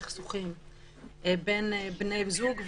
הסכסוכים בין בני זוג,